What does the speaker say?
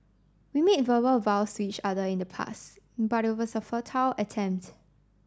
we made verbal vows to each other in the pass but it was a fertile attempt